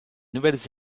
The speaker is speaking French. nouvelles